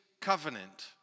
covenant